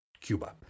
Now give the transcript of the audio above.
Cuba